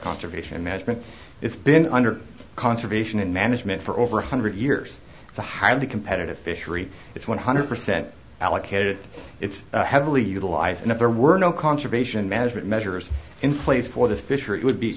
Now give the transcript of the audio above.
conservation measurement it's been under conservation and management for over a hundred years it's a highly competitive fishery it's one hundred percent allocated it's heavily utilized and if there were no conservation management measures in place for this fish or it would be